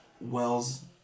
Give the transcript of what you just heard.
wells